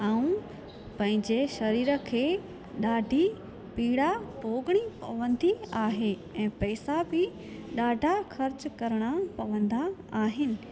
ऐं पंहिंजे शरीरु खे ॾाढी पीड़ा भोॻिणी पवंदी आहे ऐं पैसा बि ॾाढा ख़र्चु करिणा पवंदा आहिनि